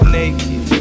naked